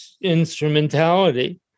instrumentality